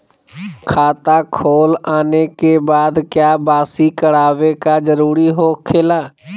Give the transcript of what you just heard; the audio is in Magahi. खाता खोल आने के बाद क्या बासी करावे का जरूरी हो खेला?